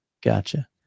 Gotcha